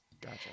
Gotcha